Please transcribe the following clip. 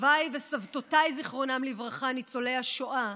סביי וסבתותיי, זיכרונם לברכה, ניצולי השואה,